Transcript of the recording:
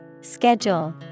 Schedule